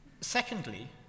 Secondly